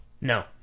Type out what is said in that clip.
No